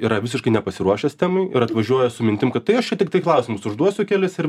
yra visiškai nepasiruošęs temai ir atvažiuoja su mintim kad tai aš čia tiktai klausimus užduosiu kelis ir